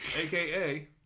AKA